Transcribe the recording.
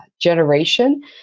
generation